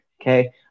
Okay